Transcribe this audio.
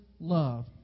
love